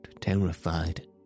terrified